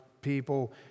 people